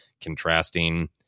contrasting